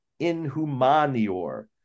inhumanior